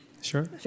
Sure